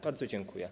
Bardzo dziękuję.